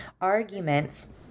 arguments